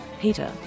peter